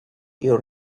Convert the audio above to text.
you